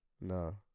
no